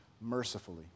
mercifully